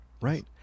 right